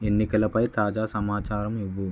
ఎన్నికలపై తాజా సమాచారం ఇవ్వు